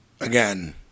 Again